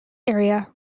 area